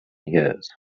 years